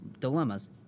dilemmas